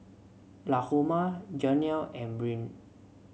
Lahoma Janelle and Brynn